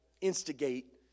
instigate